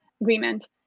agreement